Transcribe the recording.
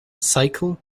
cycle